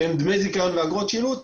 שהם דמי זיכיון ואגרות שילוט,